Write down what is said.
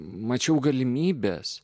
mačiau galimybes